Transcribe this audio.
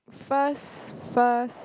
first first